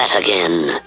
again.